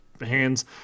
hands